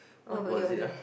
what was it ah